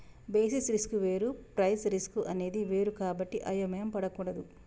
basis risk వేరు price risk అనేది వేరు కాబట్టి అయోమయం పడకూడదు